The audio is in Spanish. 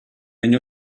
año